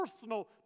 personal